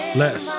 less